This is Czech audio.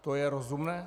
To je rozumné?